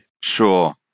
Sure